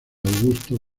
augusto